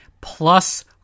plus